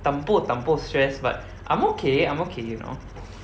tampo tampo stress but I'm okay I'm okay you know look